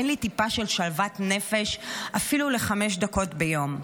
אין לי טיפה של שלוות נפש, אפילו לחמש דקות ביום.